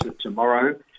tomorrow